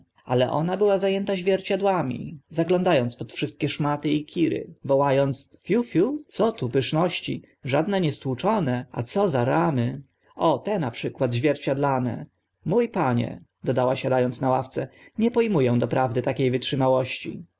ale ona była za ęta zwierciadłami zaglądała pod wszystkie szmaty i kiry woła ąc fiu fiu co tu pyszności żadne nie stłuczone a co za ramy o te na przykład zwierciadlane mó panie dodała siada ąc na ławce nie po mu ę doprawdy takie wytrzymałości